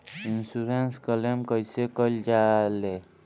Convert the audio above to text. Insurance claim कइसे कइल जा ले?